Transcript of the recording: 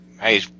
Hey